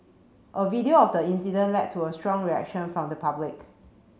a video of the incident led to a strong reaction from the public